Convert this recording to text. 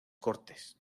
cortes